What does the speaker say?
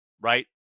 right